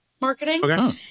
Marketing